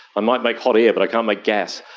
i might make hot air but i can't make gas.